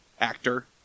actor